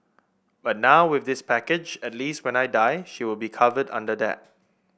but now with this package at least when I die she will be covered under that